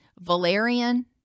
valerian